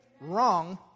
wrong